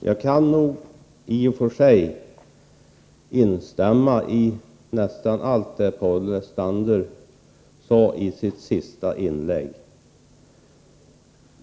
Herr talman! I och för sig kan jag instämma i nästan allt vad Paul Lestander sade i sitt senaste inlägg.